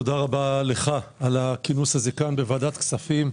תודה רבה לך על הכינוס הזה בוועדת הכספים,